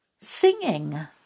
singing